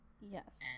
Yes